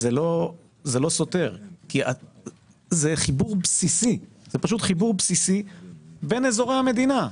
זה לא סותר, כי זה חיבור בסיסי בין אזורי המדינה.